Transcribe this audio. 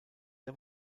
der